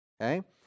okay